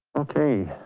okay.